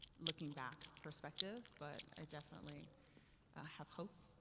looking back perspective, but, i definitely have hope.